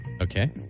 Okay